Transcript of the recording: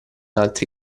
altri